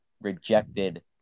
rejected